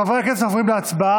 חברי הכנסת, אנחנו עוברים להצבעה.